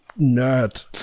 nerd